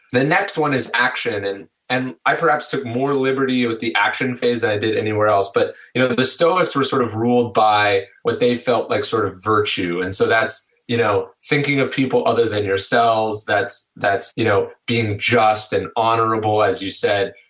the next one is action and and i perhaps took more liberty with the action phase i did anywhere else, but you know the stoics were sort of ruled by what they felt like sort of virtue and so that's you know thinking of people other than yourself that's that's you know being just and honorable as you said.